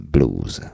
Blues